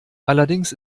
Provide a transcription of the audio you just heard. allerdings